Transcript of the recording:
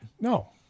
No